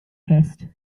test